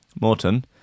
Morton